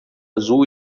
azul